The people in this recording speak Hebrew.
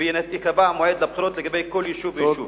וייקבע מועד לבחירות בכל יישוב ויישוב.